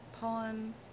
Poem